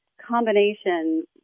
Combination